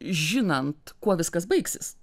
žinant kuo viskas baigsis